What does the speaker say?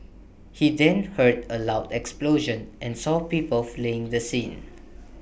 he then heard A loud explosion and saw people fleeing the scene